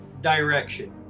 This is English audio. direction